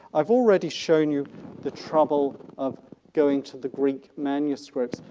i've already shown you the trouble of going to the greek manuscripts,